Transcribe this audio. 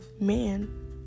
man